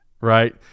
right